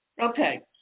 okay